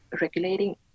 Regulating